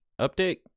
update